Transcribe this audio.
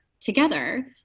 together